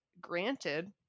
granted